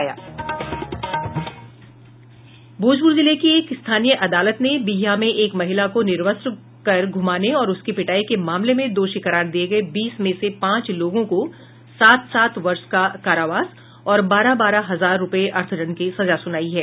भोजपूर जिले की एक स्थानीय अदालत ने बिहियां में एक महिला को निर्वस्त्र कर घुमाने और उसकी पिटाई के मामले में दोषी करार दिये गये बीस में से पांच लोगों को सात सात वर्ष का कारावास और बारह बारह हजार रुपये अर्थदंड की सजा सुनायी है